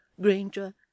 Granger